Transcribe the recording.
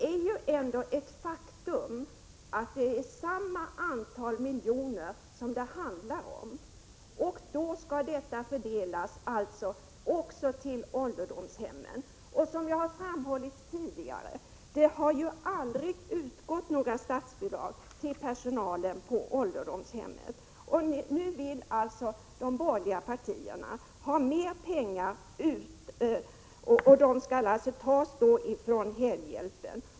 Faktum är att det handlar om samma antal miljoner som skall fördelas till ålderdomshemmen. Som jag framhållit tidigare har det aldrig utgått några statsbidrag till personalen på ålderdomshemmen. Nu vill alltså de borgerliga partierna ha mer pengar, som skall tas från hemhjälpen.